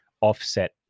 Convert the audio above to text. offset